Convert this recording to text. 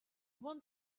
want